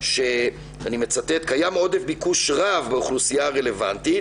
אני מצטט: קיים עודף ביקוש רב באוכלוסייה הרלוונטית,